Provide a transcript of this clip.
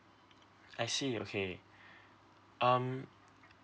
I see okay um